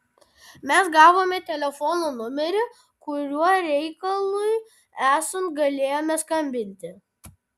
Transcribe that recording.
mes gavome telefono numerį kuriuo reikalui esant galėjome skambinti